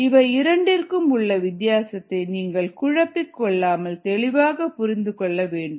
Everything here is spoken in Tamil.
இவை இரண்டிற்கும் உள்ள வித்தியாசத்தை நீங்கள் குழப்பிக் கொள்ளாமல் தெளிவாக புரிந்துகொள்ளவேண்டும்